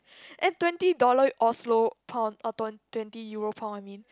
and twenty dollar Oslow pound ah twen~ twenty Euro pound I mean